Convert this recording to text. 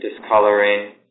discoloring